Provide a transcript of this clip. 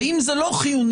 ואם זה לא חיוני,